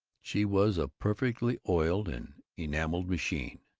she was a perfectly oiled and enameled machine,